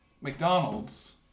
McDonald's